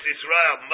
Israel